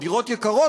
ודירות יקרות,